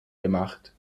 gemacht